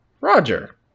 Roger